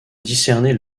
discerner